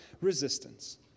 resistance